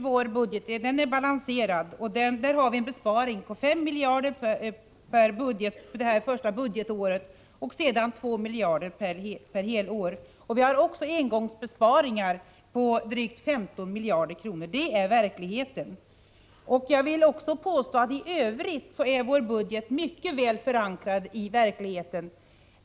Vår budget är balanserad, och vi har en besparing på 5 miljarder för det första budgetåret och sedan 2 miljarder per helår. Vi har också engångsbesparingar på drygt 15 miljarder kronor. Det är verkligheten. Jag vill påstå att vår budget också i övrigt är mycket väl förankrad i verkligheten.